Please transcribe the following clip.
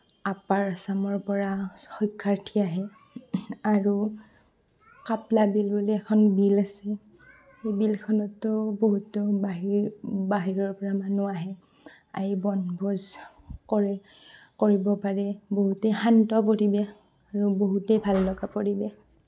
upper আচামৰ পৰা শিক্ষাৰ্থী আহে আৰু কাপ্লাবিল বুলি এখন বিল আছে সেই বিলখনতো বহুতো বাহি বাহিৰৰ পৰা মানুহ আহে আহি বনভোজ কৰে কৰিব পাৰে বহুতেই শান্ত পৰিৱেশ আৰু বহুতেই ভাল লগা পৰিৱেশ